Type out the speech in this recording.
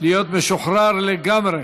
להיות משוחרר לגמרי.